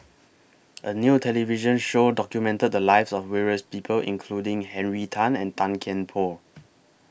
A New television Show documented The Lives of various People including Henry Tan and Tan Kian Por